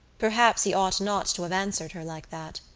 perhaps he ought not to have answered her like that.